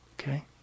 Okay